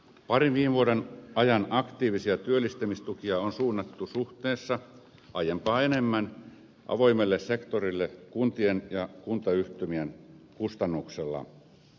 parin viime vuoden ajan aktiivisia työllistämistukia on suunnattu suhteessa aiempaa enemmän avoimelle sektorille kuntien ja kuntayhtymien kustannuksella